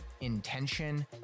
intention